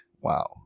wow